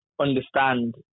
understand